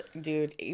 Dude